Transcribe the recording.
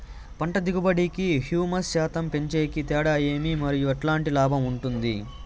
పంట దిగుబడి కి, హ్యూమస్ శాతం పెంచేకి తేడా ఏమి? మరియు ఎట్లాంటి లాభం ఉంటుంది?